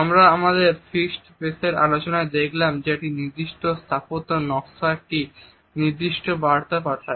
আমরা আমাদের fixed space এর আলোচনায় দেখলাম যে একটি নির্দিষ্ট স্থাপত্য নকশা একটি নির্দিষ্ট বার্তা পাঠায়